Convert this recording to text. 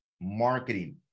marketing